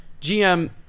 GM